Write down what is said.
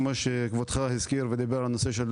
כמו שכבודו הזכיר ודיבר עליו,